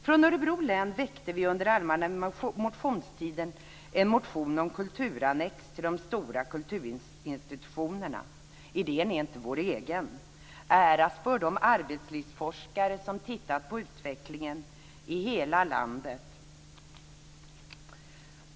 Från Örebro län väckte vi under allmänna motionstiden en motion om kulturannex till de stora kulturinstitutionerna. Idén är inte vår egen. Äras bör de arbetslivsforskare som tittat på utvecklingen i hela landet.